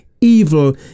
evil